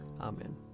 Amen